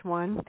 one